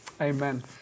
Amen